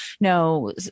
no